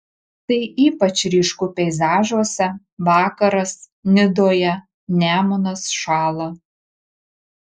tai ypač ryšku peizažuose vakaras nidoje nemunas šąla